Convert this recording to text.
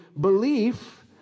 belief